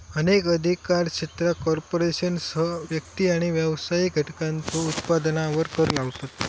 अनेक अधिकार क्षेत्रा कॉर्पोरेशनसह व्यक्ती आणि व्यावसायिक घटकांच्यो उत्पन्नावर कर लावतत